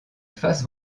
face